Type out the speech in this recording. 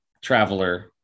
traveler